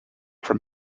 from